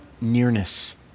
nearness